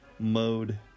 Mode